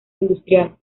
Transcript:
industrial